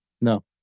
No